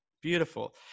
Beautiful